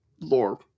lore